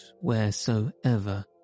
wheresoever